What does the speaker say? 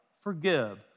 forgive